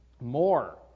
more